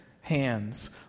hands